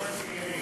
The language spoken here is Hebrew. יום הצעירים.